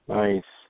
nice